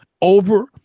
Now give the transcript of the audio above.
over